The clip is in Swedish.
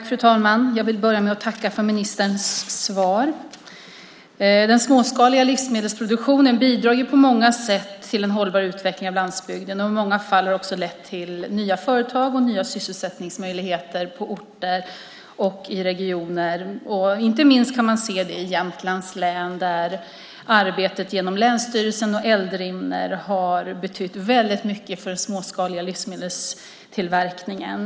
Fru talman! Jag vill börja med att tacka för ministerns svar. Den småskaliga livsmedelsproduktionen bidrar på många sätt till en hållbar utveckling av landsbygden. I många fall har det också lett till nya företag och nya sysselsättningsmöjligheter på orter och i regioner. Inte minst kan man se det i Jämtlands län, där arbetet genom länsstyrelsen och Eldrimner har betytt väldigt mycket för den småskaliga livsmedelstillverkningen.